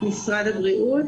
משרד הבריאות.